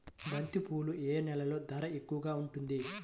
బంతిపూలు ఏ నెలలో ధర ఎక్కువగా ఉంటుంది?